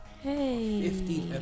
hey